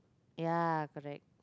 ya correct